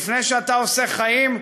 לפני שאתה עושה חיים,